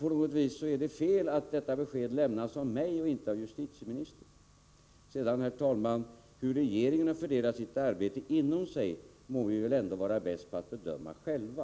På något sätt skulle det också vara fel att beskedet lämnas av mig och inte av justitieministern. Men hur regeringen fördelar arbetet inom sig må väl ändå vi i regeringen vara bäst på att bedöma.